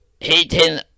hating